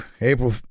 April